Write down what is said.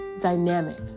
dynamic